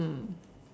mm